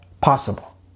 possible